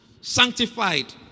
Sanctified